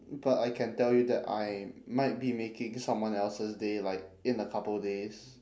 but I can tell you that I might be making someone else's day like in a couple days